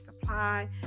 Supply